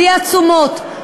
בלי עצומות,